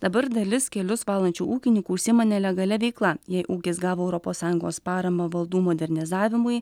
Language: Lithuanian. dabar dalis kelius valančių ūkininkų užsiima nelegalia veikla jei ūkis gavo europos sąjungos paramą valdų modernizavimui